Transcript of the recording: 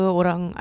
orang